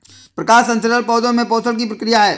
प्रकाश संश्लेषण पौधे में पोषण की प्रक्रिया है